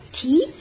Teeth